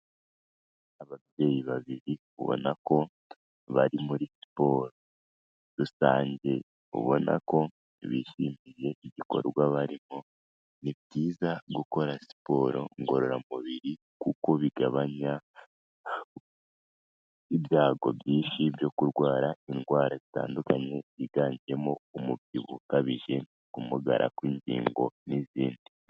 Ababyeyi babiri ubona ko bari muri siporo rusange. Ubona ko bishimiye igikorwa barimo, ni byiza gukora siporo ngororamubiri kuko bigabanya ibyago byinshi byo kurwara indwara zitandukanye, ziganjemo umubyibuho ukabije, kumugara kw'ingingo n'izindi.